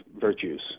virtues